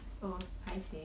oh paiseh